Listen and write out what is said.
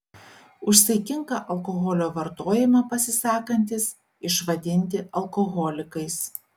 už saikingą alkoholio vartojimą pasisakantys išvadinti alkoholikais